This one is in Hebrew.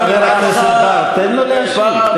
חבר הכנסת בר, תן לשר להשיב.